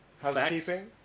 housekeeping